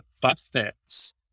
Buffets